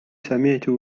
سمعت